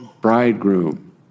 bridegroom